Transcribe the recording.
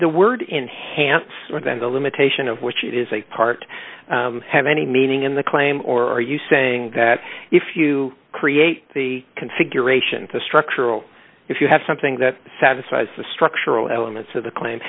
the word enhanced than the limitation of which it is a part have any meaning in the claim or are you saying that if you create the configuration to structural if you have something that satisfies the structural elements of the claim